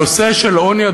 הנושא של העוני,